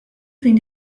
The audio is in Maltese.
fejn